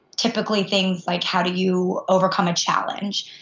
typically things like how do you overcome a challenge,